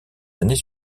années